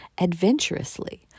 adventurously